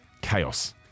chaos